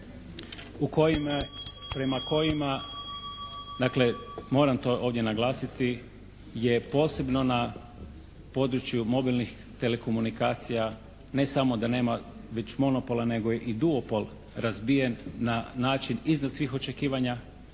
tržišta na kojima dakle moram to ovdje naglasiti je posebno na području mobilnih telekomunikacija ne samo da nema već monopola nego je i duopol razbijen na način iznad svih očekivanja,